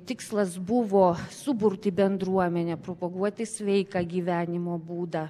tikslas buvo suburti bendruomenę propaguoti sveiką gyvenimo būdą